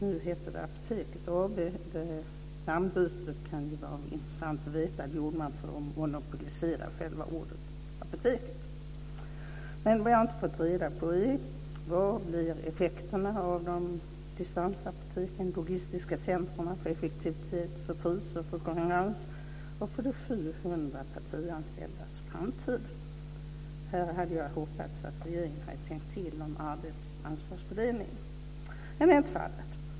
Nu heter det Apoteket AB. Det namnbytet gjorde man, vilket kan vara intressant att veta, för att monopolisera själva ordet apoteket. Vad jag inte har fått reda på är: Vilka blir effekterna av distansapoteken, de logistiska centrerna, för effektivitet, priser, konkurrens och för framtiden för de 700 Här hade jag hoppats att regeringen hade tänkt till om ansvarsfördelningen, men det är inte fallet.